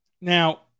Now